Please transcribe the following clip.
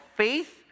faith